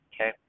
Okay